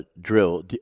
drill